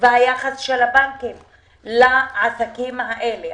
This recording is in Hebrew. והיחס של הבנקים לעסקים האלה.